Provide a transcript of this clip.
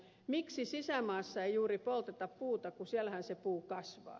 miksi sisämaassa ei juuri polteta puuta kun siellähän se puu kasvaa